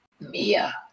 Mia